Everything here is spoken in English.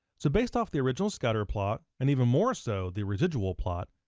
so based off the original scatterplot and even more so the residual plot,